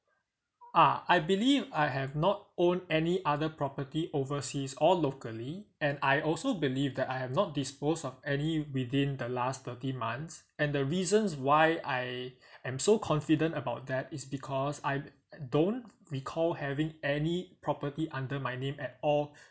ah I believe I have not own any other property overseas or locally and I also believe that I have not dispose of any within the last thirty months and the reasons why I am so confident about that is because I don't recall having any property under my name at all